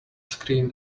screen